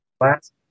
last